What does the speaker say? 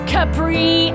Capri